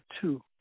two